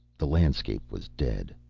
the landscape was dead.